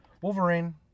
Wolverine